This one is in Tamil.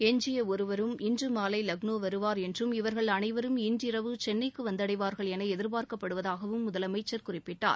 எஞ்சிய ஒருவரும் இன்று மாலை லக்னோ வருவார் என்றும் இவர்கள் அனைவரும் இன்றிரவு சென்னைக்கு வந்தடைவார்கள் என எதிர்பார்க்கப்படுவதாகவும் முதலமைச்சர் குறிப்பிட்டார்